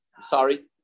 sorry